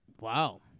Wow